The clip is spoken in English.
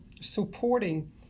supporting